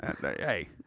hey